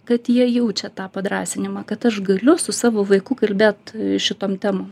kad jie jaučia tą padrąsinimą kad aš galiu su savo vaiku kalbėt šitom temom